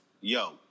yo